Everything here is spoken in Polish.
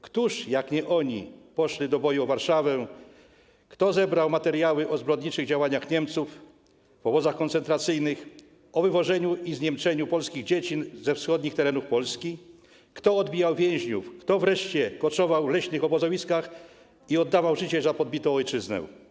Któż jak nie oni poszedł do boju o Warszawę, kto zebrał materiały o zbrodniczych działaniach Niemców w obozach koncentracyjnych, o wywożeniu i zniemczaniu polskich dzieci ze wschodnich terenów Polski, kto odbijał więźniów, kto wreszcie koczował w leśnych obozowiskach i oddawał życie za podbitą ojczyznę?